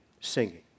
singing